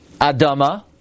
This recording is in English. Adama